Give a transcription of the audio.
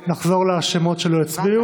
נקרא בשמות של חברי הכנסת שלא הצביעו?